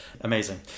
Amazing